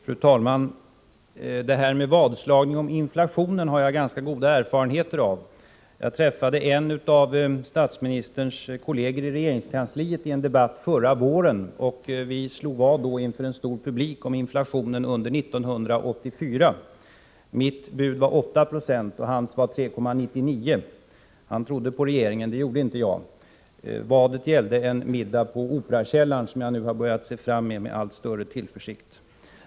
Fru talman! Detta med vadslagning om inflationen har jag goda erfarenheter av. Jag mötte en av statsministerns kolleger i regeringskansliet i en debatt förra våren, och vi slog då vad, inför en stor publik, om inflationen under 1984. Mitt bud var 8 26 och hans 3,99. Han trodde på regeringen, men det gjorde inte jag. Vadet gällde en middag på Operakällaren som jag nu har börjat se fram mot med allt större tillförsikt.